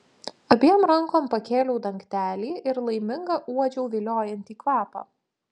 abiem rankom pakėliau dangtelį ir laiminga uodžiau viliojantį kvapą